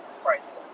priceless